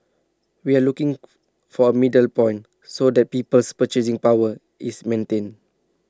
we are looking for A middle point so that people's purchasing power is maintained